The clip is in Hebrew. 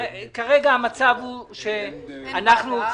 יכולים לקבל החלטה לא בסמכות שלנו.